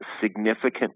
significant